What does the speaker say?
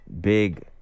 big